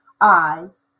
eyes